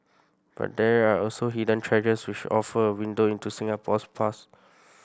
but there are also hidden treasures which offer a window into Singapore's past